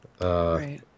Right